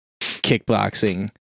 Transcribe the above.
kickboxing